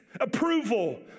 approval